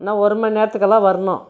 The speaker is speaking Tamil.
இன்னும் ஒரு மணி நேரத்துக்குள்ளே வரணும்